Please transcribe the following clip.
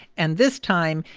and this time,